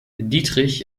dietrich